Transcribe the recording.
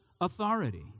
authority